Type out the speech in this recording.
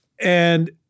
And-